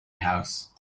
house